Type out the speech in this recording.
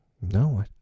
No